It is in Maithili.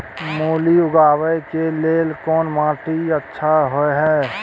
मूली उगाबै के लेल कोन माटी अच्छा होय है?